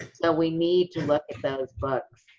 so we need to look at those books.